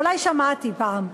אולי שמעתי פעם.